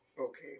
Okay